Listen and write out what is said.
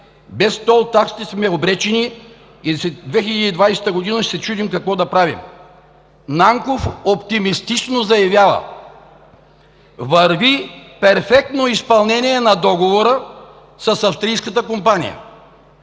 Без тол такси сме обречени и след 2020 г. ще се чудим какво да правим.“ Нанков оптимистично заявява: „Върви перфектно изпълнение на договора с австрийската компания: